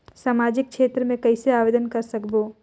समाजिक क्षेत्र मे कइसे आवेदन कर सकबो?